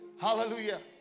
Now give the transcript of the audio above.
Hallelujah